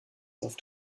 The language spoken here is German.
auf